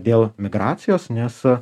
dėl migracijos nes